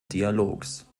dialogs